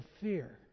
fear